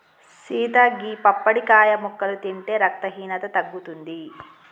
సీత గీ పప్పడికాయ ముక్కలు తింటే రక్తహీనత తగ్గుతుంది